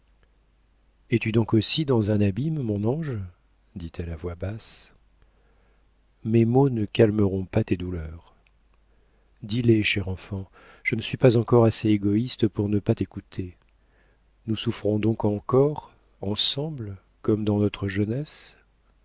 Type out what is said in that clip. es-tu donc aussi dans un abîme mon ange dit-elle à voix basse mes maux ne calmeront pas tes douleurs dis les chère enfant je ne suis pas encore assez égoïste pour ne pas t'écouter nous souffrons donc encore ensemble comme dans notre jeunesse